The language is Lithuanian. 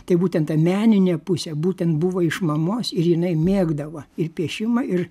tai būtent ta meninė pusė būtent buvo iš mamos ir jinai mėgdavo ir piešimą ir